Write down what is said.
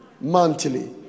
Monthly